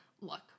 look